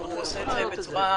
הוא עושה את זה בצורה אירונית.